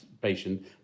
patient